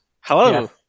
Hello